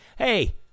Hey